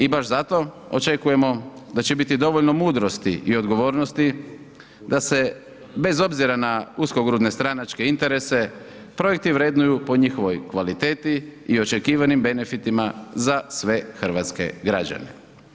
I baš zato očekujemo da će biti dovoljno mudrosti i odgovornosti da se bez obzira na uskogrudne stranačke interese projekti vrednuju po njihovoj kvaliteti i očekivanim benefitima za sve hrvatske građane.